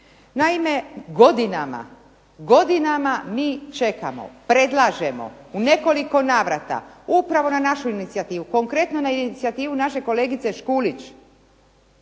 Naime, godinama mi čekamo, predlažemo, u nekoliko navrata upravo na našu inicijativu, konkretno na inicijativu naše kolegice Škulić,